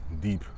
deep